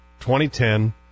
2010